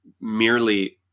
merely